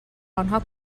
آنها